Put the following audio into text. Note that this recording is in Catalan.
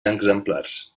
exemplars